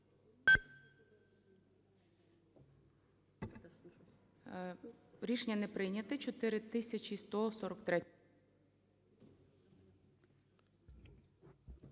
Рішення не прийнято. 4143-я.